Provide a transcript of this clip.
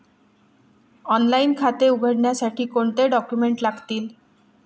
Online खाते उघडण्यासाठी कोणते डॉक्युमेंट्स लागतील?